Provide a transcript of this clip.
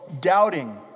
doubting